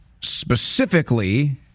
specifically